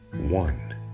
one